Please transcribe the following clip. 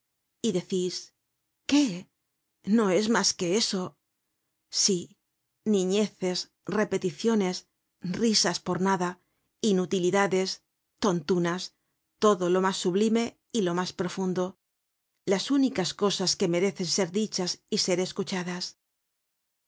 y decis qué no es mas que eso sí niñeces repeticiones risas por nada inutilidades tontunas todo lo mas sublime y mas profundo las únicas cosas que merecen ser dichas y ser escuchadas